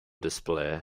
display